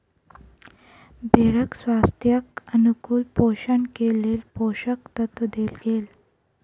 भेड़क स्वास्थ्यक अनुकूल पोषण के लेल पोषक तत्व देल गेल